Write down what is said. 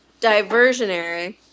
diversionary